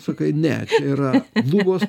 sakai ne yra lubos